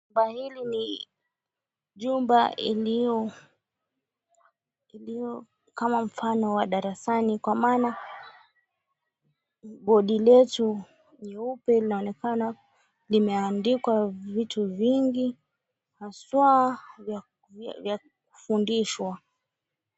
Jumba hili ni jumba iliyo kama mfano wa darasani kwa maana bodi letu nyeupe linaonekana limeandikwa vitu vingi haswa vya kufundishwa.